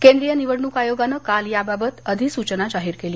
केंद्रीय निवडणूक आयोगाने काल याबाबत अधिसुचना जाहिर केली